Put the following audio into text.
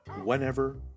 whenever